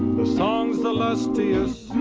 the songs the lustiest,